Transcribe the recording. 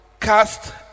cast